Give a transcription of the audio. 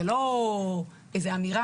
זה לא איזה אמירה,